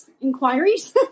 inquiries